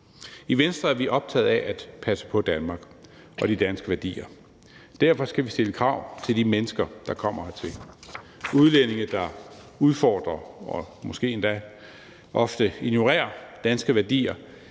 I Venstre er vi optaget af at passe på Danmark og de danske værdier. Derfor skal vi stille krav til de mennesker, der kommer hertil. Udlændinge, der udfordrer og måske endda ofte ignorerer danske værdier,